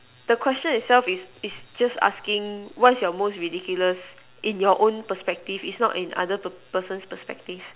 the question itself is is just asking what is your most ridiculous in your own perspective is not in other person perspective